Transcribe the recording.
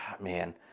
Man